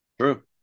True